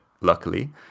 luckily